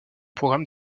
programme